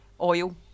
oil